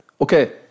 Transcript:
Okay